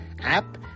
app